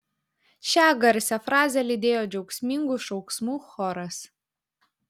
šią garsią frazę lydėjo džiaugsmingų šauksmų choras